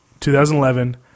2011